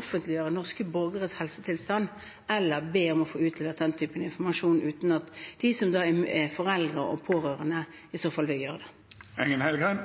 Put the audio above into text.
offentliggjøre norske borgeres helsetilstand eller be om å få utlevert den typen informasjon uten at de som er foreldre og pårørende, i så fall vil gjøre